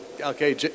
Okay